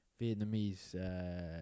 Vietnamese